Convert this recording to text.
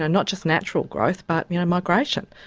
and not just natural growth but migration.